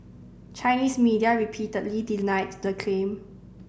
Chinese media repeatedly denied the claim